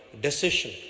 decision